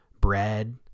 bread